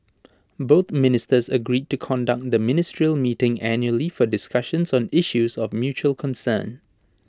both ministers agreed to conduct the ministerial meeting annually for discussions on issues of mutual concern